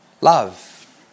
Love